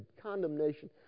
condemnation